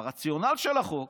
הרציונל של החוק,